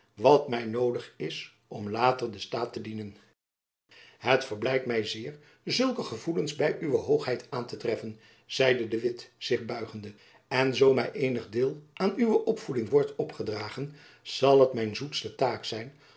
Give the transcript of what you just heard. wat my noodig is om later den staat te dienen het verblijdt my zeer zulke gevoelens by uwe hoogheid aan te treffen zeide de witt zich buigende en zoo my eenig deel aan uwe opvoeding wordt opgedragen zal het mijn zoetste taak zijn